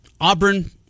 Auburn